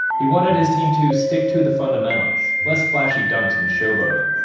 he wanted his team to stick to the fundamentals, less flashy dunks and showboating.